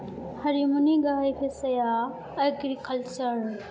हारिमुनि गाहाय फेसाया एग्रिकाल्चार